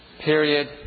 period